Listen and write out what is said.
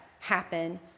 Happen